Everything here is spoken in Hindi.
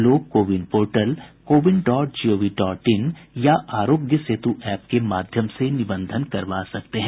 लोग CoWIN portal CoWIN dot G O V dot in या आरोग्य सेतु एप के माध्यम से निबंधन करा सकते हैं